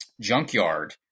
junkyard